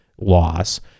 loss